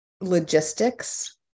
logistics